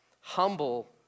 Humble